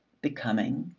becoming,